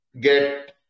get